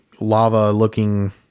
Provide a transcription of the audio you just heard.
lava-looking